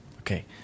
Okay